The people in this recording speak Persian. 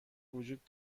وجود